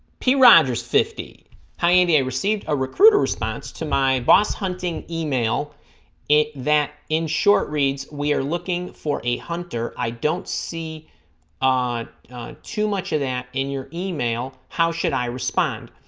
pee rogers fifty hi andy i received a recruiter response to my boss hunting email it that in short reads we are looking for a hunter i don't see too much of that in your email how should i respond